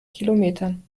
kilometern